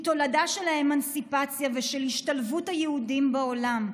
היא תולדה של האמנציפציה ושל השתלבות היהודים בעולם.